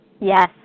Yes